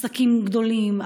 עסקים גדולים,